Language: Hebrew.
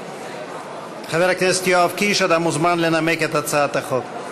אתה מוזמן לנמק את הצעת החוק.